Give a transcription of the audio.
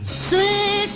see